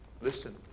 listen